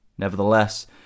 Nevertheless